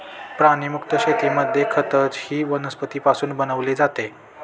प्राणीमुक्त शेतीमध्ये खतही वनस्पतींपासून बनवले जाते